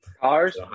Cars